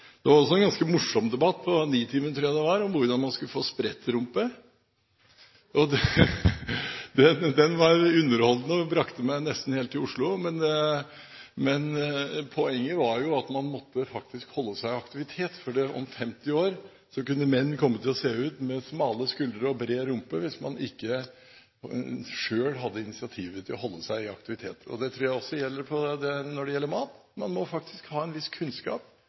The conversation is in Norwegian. Det var også en ganske morsom debatt på Nitimen, tror jeg det var, om hvordan man skulle få sprettrumpe – det var en debatt som underholdt meg nesten helt til Oslo. Poenget var at man faktisk måtte holde seg i aktivitet, for om 50 år kunne menn komme til å ha smale skuldre og bred rumpe – hvis man ikke selv tok initiativ til å holde seg i aktivitet. Dette tror jeg også gjelder med tanke på mat: Man må faktisk ha en viss kunnskap